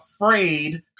afraid